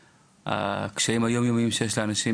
הקשיים היום-יומיים שיש לאנשים,